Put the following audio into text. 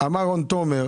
ממנכ"ל